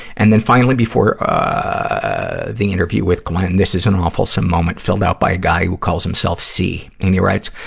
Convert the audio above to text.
and then finally, before, ah, the interview with glenn, this is an awfulsome moment filled out by a guy who calls himself cee. and he writes,